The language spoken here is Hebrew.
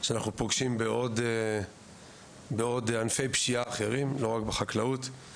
אותם אנחנו פוגשים גם בענפי פשיעה אחרים ולא רק בחקלאות.